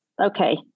okay